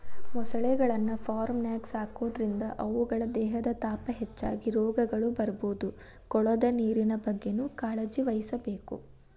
ಮೊಸಳೆಗಳನ್ನ ಫಾರ್ಮ್ನ್ಯಾಗ ಸಾಕೋದ್ರಿಂದ ಅವುಗಳ ದೇಹದ ತಾಪ ಹೆಚ್ಚಾಗಿ ರೋಗಗಳು ಬರ್ಬೋದು ಕೊಳದ ನೇರಿನ ಬಗ್ಗೆನೂ ಕಾಳಜಿವಹಿಸಬೇಕು